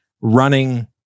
running